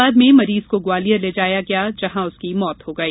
बाद में मरीज को ग्वालियर ले जाया गया जहां उसकी मौत हो गई